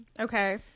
Okay